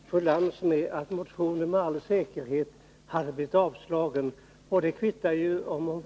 Herr talman! Det är förvånansvärt att utskottets talesman kan föregå behandlingen av en motion i utskottet och kammaren på det viset.